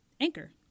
Anchor